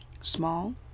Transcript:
Small